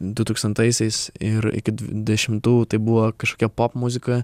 dutūkstantaisiais ir iki dešimtų tai buvo kažkokia popmuzika